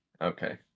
Okay